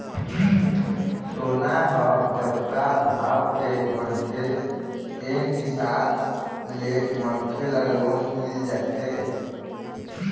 सोना ह जतका भाव के बनथे तेन हिसाब ले मनखे ल लोन मिल जाथे